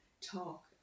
talk